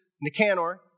Nicanor